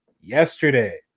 yesterday